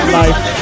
life